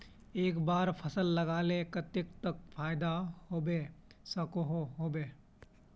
एक बार फसल लगाले कतेक तक फायदा होबे सकोहो होबे?